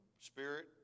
Spirit